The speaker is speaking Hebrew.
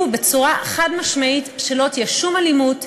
בצורה חד-משמעית שלא תהיה שום אלימות,